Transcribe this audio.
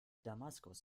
damaskus